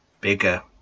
bigger